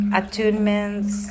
attunements